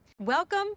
Welcome